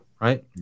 right